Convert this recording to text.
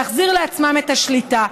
להחזיר לעצמם את השליטה,